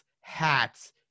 hats